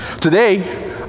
today